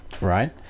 right